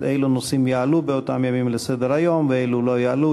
אילו נושאים יעלו באותם ימים לסדר-היום ואילו לא יעלו,